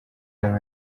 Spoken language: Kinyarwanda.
yaba